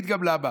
אגיד גם למה.